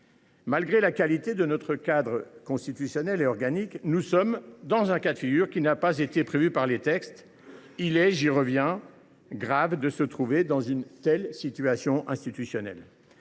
Malgré la qualité de notre cadre constitutionnel et organique, nous sommes dans un cas de figure qui n’a pas été prévu par les textes. J’y reviens, il est grave de se trouver dans une telle situation institutionnelle.